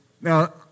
Now